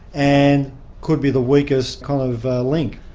and could be the weakest kind of link.